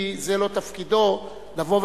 כי זה לא תפקידו להחליט,